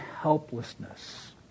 helplessness